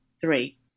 three